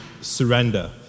surrender